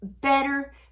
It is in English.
better